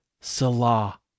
Salah